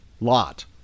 lot